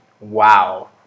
Wow